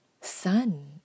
sun